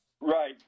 right